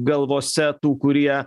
galvose tų kurie